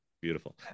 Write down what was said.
beautiful